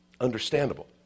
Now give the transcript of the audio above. understandable